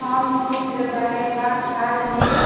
हम चित्र बनेबाक कालमे